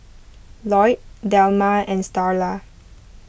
Lloyd Delma and Starla